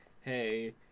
Hey